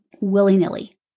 willy-nilly